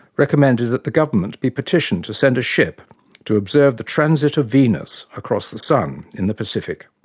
recommended that the government be petitioned to send a ship to observe the transit of venus across the sun in the pacific,